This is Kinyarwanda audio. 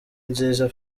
nziza